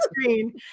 screen